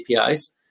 APIs